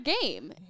game